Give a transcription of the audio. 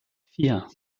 vier